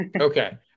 Okay